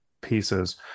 pieces